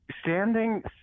standing